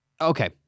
okay